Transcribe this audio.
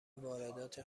واردات